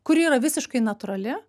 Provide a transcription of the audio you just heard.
kuri yra visiškai natūrali